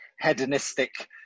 hedonistic